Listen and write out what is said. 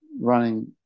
running